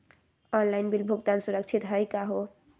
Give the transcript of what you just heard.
Online bill भुगतान सुरक्षित हई का हो?